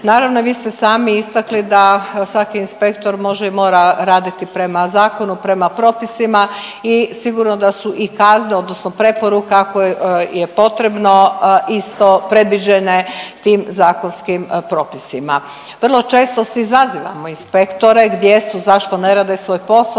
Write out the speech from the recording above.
Naravno, vi ste sami istakli da svari inspektor može i mora raditi prema zakonu, prema propisima i sigurno da su i kazne odnosno preporuka, ako je potrebno isto predviđene tim zakonskim propisima. Vrlo često svi zazivamo inspektore gdje su, zašto ne rade svoj posao,